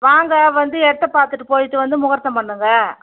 வாங்கள் வந்து இடத்த பார்த்துட்டு போய்விட்டு வந்து முகூர்த்தம் பண்ணுங்கள்